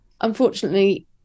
unfortunately